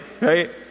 right